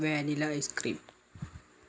vanilla ice cream